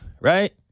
right